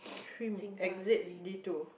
three exit D two